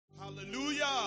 Hallelujah